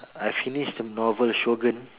I I finish the novel Shogun